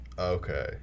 Okay